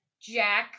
jack